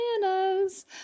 bananas